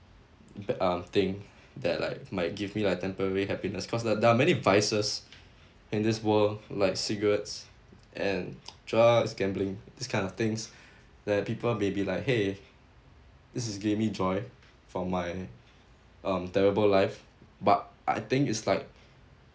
that um thing that like might give me like temporary happiness because there there are many vices in this world like cigarettes and drugs gambling these kind of things that people maybe like !hey! this has given me joy for my um terrible life but I think is like